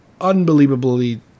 unbelievably